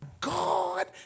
God